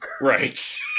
Right